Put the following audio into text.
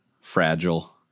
fragile